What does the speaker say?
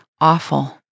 awful